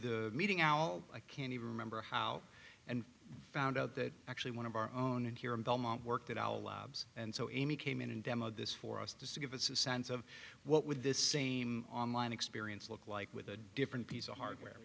the meeting our i can't even remember how and found out that actually one of our own and here in belmont worked it all labs and so amy came in and demo this for us to see give us a sense of what would this same online experience look like with a different piece of hardware